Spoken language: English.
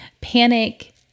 panic